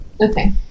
Okay